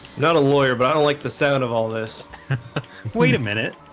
not a lawyer, but i don't like the sound of all this wait a minute